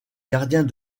gardiens